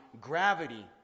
gravity